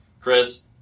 Chris